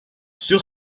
sur